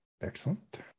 excellent